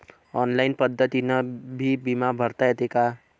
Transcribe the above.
Online पद्धतीनं बी बिमा भरता येते का?